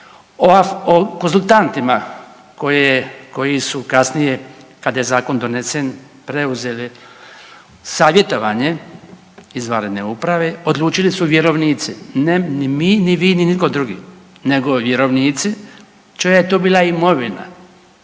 O konzultantima koji su kasnije kad je zakon donesen preuzeli savjetovanje izvanredne uprave odlučili su vjerovnici, ne ni mi, ni vi, ni nitko drugi, nego vjerovnici čija je to bila imovina